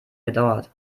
gedauert